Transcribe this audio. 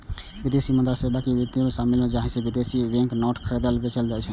विदेशी मुद्रा सेवा मे मुद्रा विनिमय शामिल छै, जाहि मे विदेशी बैंक नोट खरीदल, बेचल जाइ छै